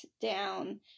down